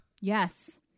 yes